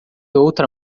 outra